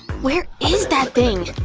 where is that thing?